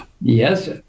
yes